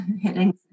hitting